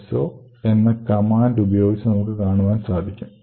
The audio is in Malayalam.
so എന്ന കമാൻഡ് ഉപയോഗിച്ച് നമുക്ക് കാണുവാൻ സാധിക്കും